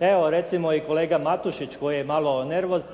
Evo recimo i kolega Matušić koji je malo nervozan